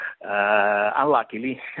unluckily